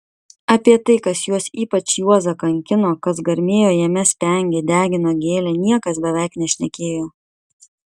apie tai kas juos ypač juozą kankino kas garmėjo jame spengė degino gėlė niekas beveik nešnekėjo